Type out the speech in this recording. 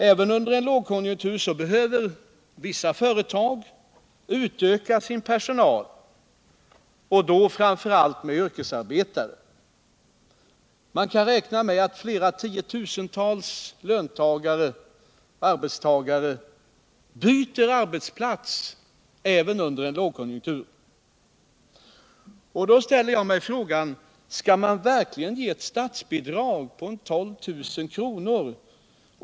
Även under en lågkonjunktur behöver vissa företag utöka sin personal med framför allt yrkesarbetare. Man kan räkna med att åtskilliga tiotusentals löntagare, arbetstagare, byter arbetsplats även under en lågkonjunktur. Då ställer jag mig frågan: Skall man verkligen ge ett statsbidrag på 12 000 kr.